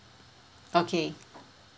okay